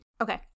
okay